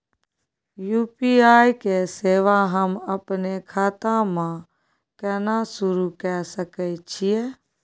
UPI के सेवा हम अपने खाता म केना सुरू के सके छियै?